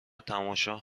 تماشا